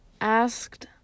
asked